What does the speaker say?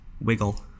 wiggle